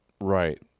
Right